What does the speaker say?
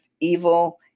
evil